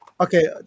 Okay